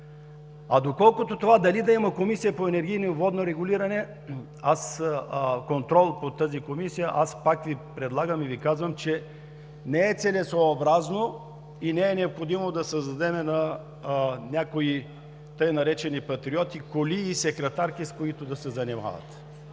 Колкото това да има ли Комисия по енергийно и водно регулиране, контрол на тази комисия, аз пак Ви предлагам и Ви казвам, че не е целесъобразно и не е необходимо да създадем на някои така наречени „патриоти“ коли и секретарки, с които да се занимават.